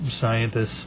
scientists